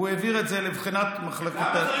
הוא העביר את זה לבחינת מחלקת משמעת.